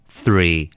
three